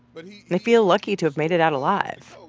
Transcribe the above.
but they feel lucky to have made it out alive.